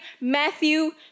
Matthew